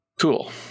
cool